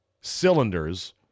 cylinders